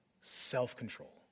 self-control